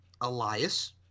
Elias